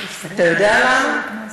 אתה יודע למה?